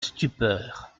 stupeur